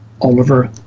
Oliver